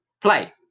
play